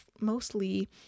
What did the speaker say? mostly